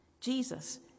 Jesus